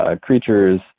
creatures